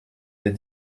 des